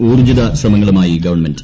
ഊർജിത ശ്രമങ്ങളുമായി ഗവൺമെന്റ്